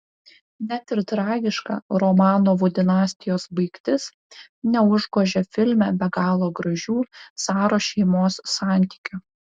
net ir tragiška romanovų dinastijos baigtis neužgožia filme be galo gražių caro šeimos santykių